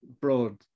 broad